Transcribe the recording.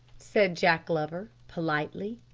said jack glover politely.